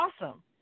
awesome